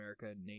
America